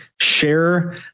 Share